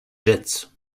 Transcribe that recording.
jets